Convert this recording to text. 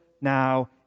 now